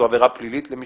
וזו עבירה פלילית למי